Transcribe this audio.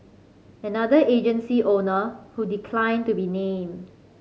another agency owner who declined to be named